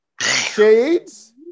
Shades